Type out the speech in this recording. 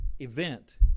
event